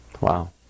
Wow